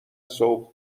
سوق